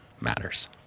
matters